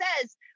says